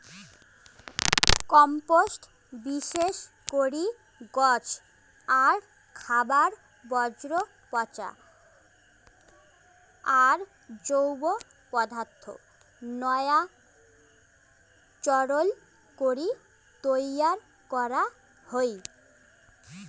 compost বিশেষ করি গছ আর খাবার বর্জ্য পচা আর জৈব পদার্থ নয়া চইল করি তৈয়ার করা হই